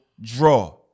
draw